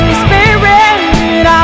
spirit